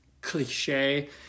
cliche